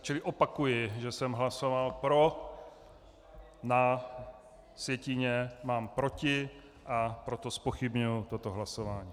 Čili opakuji, že jsem hlasoval pro, na sjetině mám proti, a proto zpochybňuji toto hlasování.